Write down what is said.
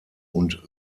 und